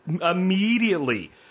immediately